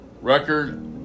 record